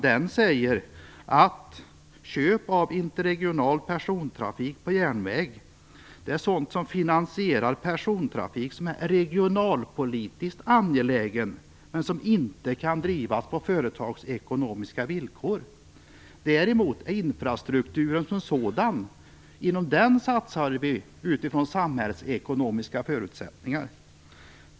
Det säger att köp av interregional persontrafik på järnväg är det som finansierar persontrafik som är regionalpolitiskt angelägen, men som inte kan drivs på företagsekonomiska villkor. Däremot satsar vi inom infrastrukturen som sådan utifrån samhällsekonomiska förutsättningar.